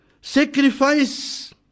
Sacrifice